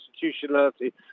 constitutionality